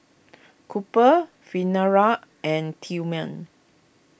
Cooper Venare and Tillman